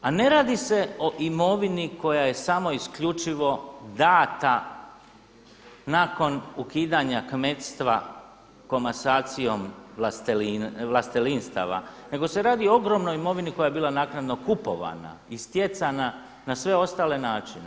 A ne radi se o imovini koja je samo isključivo dana nakon ukidanja kmetstva komasacijom vlastelinstava nego se radi o ogromnoj imovini koja je bila naknadno kupovana i stjecana na sve ostale načine.